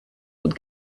old